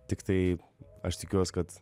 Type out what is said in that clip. tiktai aš tikiuos kad